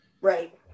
Right